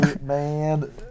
man